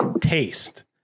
taste